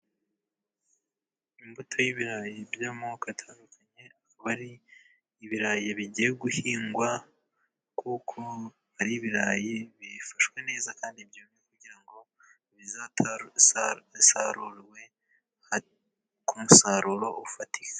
Imbuto y'ibirayi by'amoko atandukanye aba ari ibirayi bigiye guhingwa, kuko ari ibirayi bifashwe neza kandi byumye kugira ngo bizatange umusaruro, bisarurwe ku musaruro ufatika.